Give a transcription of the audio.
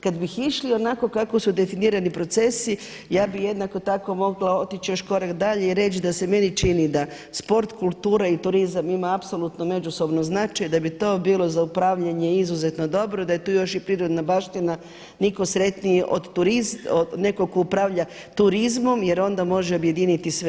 Kad bi išli onako kako su definirani procesi, ja bih jednako tako mogla otići još korak dalje i reći da se meni čini da sport, kultura i turizam imaju apsolutno međusobni značaj, da bi to bilo za upravljanje izuzetno dobro, da je tu još i prirodna baština nitko sretniji od nekog tko upravlja turizmom jer onda može objediniti sve.